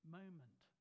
moment